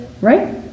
right